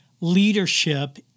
Leadership